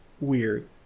weird